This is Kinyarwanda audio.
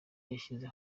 yashyize